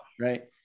right